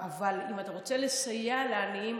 אבל אם אתה רוצה לסייע לעניים,